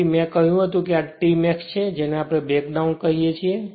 તેથી જે મે કહ્યું હતું તે આ t max છે જેને આપણે બ્રેક ડાઉન કહીએ છીએ